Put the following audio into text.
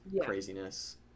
craziness